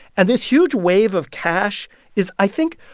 and this huge wave of cash is, i think,